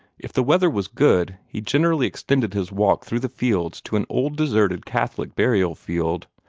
if the weather was good, he generally extended his walk through the fields to an old deserted catholic burial-field,